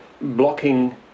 blocking